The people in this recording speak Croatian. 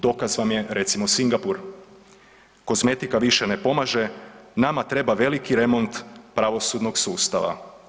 Dokaz vam je recimo Singapur, kozmetika više ne pomaže, nama treba veliki remont pravosudnog sustava.